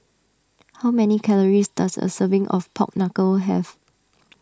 how many calories does a serving of Pork Knuckle have